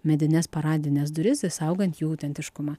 medines paradines duris išsaugant jų autentiškumą